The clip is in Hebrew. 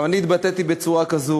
גם אני התבטאתי בצורה כזו,